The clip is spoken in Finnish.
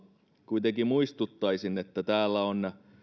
kuitenkin muistuttaisin että täällä on